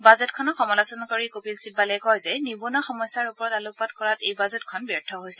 বাজেটখনক সমালোচনা কৰি কপিল শিবালে কয় যে নিবনুৱা সমস্যাৰ ওপৰত আলোকপাত কৰাত এই বাজেটখন ব্যৰ্থ হৈছে